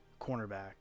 cornerback